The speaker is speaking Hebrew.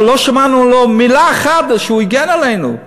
לא שמענו ממנו מילה אחת שהוא הגן עלינו,